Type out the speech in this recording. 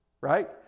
right